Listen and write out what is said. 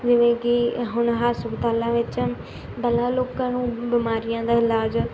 ਜਿਵੇਂ ਕਿ ਹੁਣ ਹਸਪਤਾਲਾਂ ਵਿੱਚ ਪਹਿਲਾਂ ਲੋਕਾਂ ਨੂੰ ਬਿਮਾਰੀਆਂ ਦਾ ਇਲਾਜ